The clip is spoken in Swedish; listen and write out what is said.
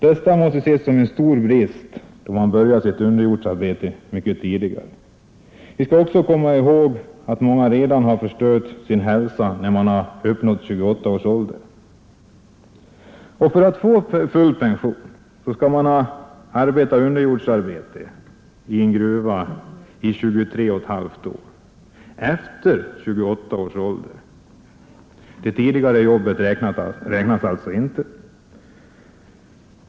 Detta måste ses som en mycket stor brist, då många börjar sitt underjordsarbete mycket tidigare. Man skall också komma ihåg att många redan har förstört sin hälsa före 28 års ålder. Men för att få full pension skall en underjordsarbetande gruvarbetare ha jobbat i gruvan i 23,5 år — alltså efter 28 års ålder. Det jobb som han gjort tidigare räknas inte.